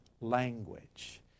language